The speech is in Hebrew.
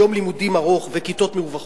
יום לימודים ארוך וכיתות מרווחות?